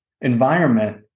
environment